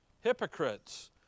hypocrites